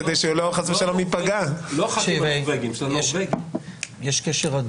כנסת חדשה ועד לכינון ממשלה לפי סעיף 13 פה יש לנו